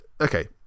Okay